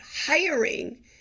hiring